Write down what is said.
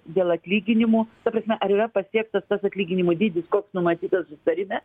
dėl atlyginimų ta prasme ar yra pasiektas tas atlyginimų dydis koks numatytas susitarime